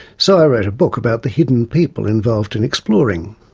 so i wrote a book about the hidden people involved in exploring.